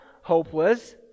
hopeless